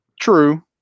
True